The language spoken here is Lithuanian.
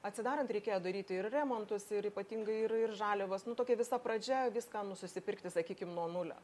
atsidarant reikėjo daryti ir remontus ir ypatingai ir ir žaliavas nu tokia visa pradžia viską nu susipirkti sakykim nuo nulio